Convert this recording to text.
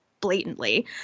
blatantly